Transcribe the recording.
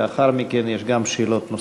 ולאחר מכן יש שאלות נוספות.